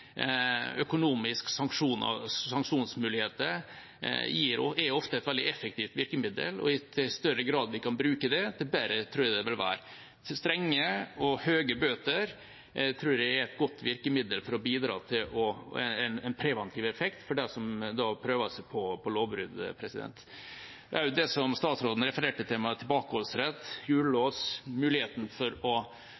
sanksjonsmuligheter er veldig ofte et effektivt virkemiddel. I jo større grad vi kan bruke det, jo bedre tror jeg det vil være. Strenge og høye bøter tror jeg er et godt virkemiddel for å bidra til en preventiv effekt overfor dem som prøver seg på